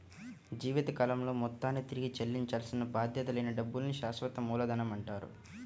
జీవితకాలంలో మొత్తాన్ని తిరిగి చెల్లించాల్సిన బాధ్యత లేని డబ్బుల్ని శాశ్వత మూలధనమంటారు